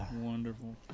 Wonderful